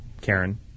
Karen